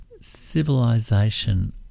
civilization